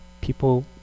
People